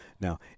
now